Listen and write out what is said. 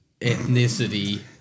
ethnicity